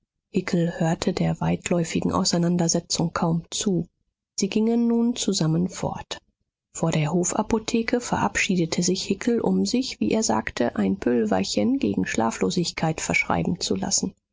hickel hörte der weitläufigen auseinandersetzung kaum zu sie gingen nun zusammen fort vor der hofapotheke verabschiedete sich hickel um sich wie er sagte ein pülverchen gegen schlaflosigkeit verschreiben zu lassen